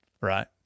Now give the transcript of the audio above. Right